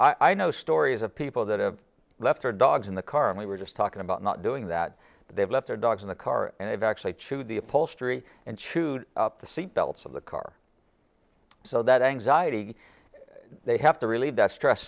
help i know stories of people that have left their dogs in the car and we were just talking about not doing that they've left their dogs in the car and they've actually chewed the upholstery and chewed up the seatbelts of the car so that anxiety they have to relieve that stress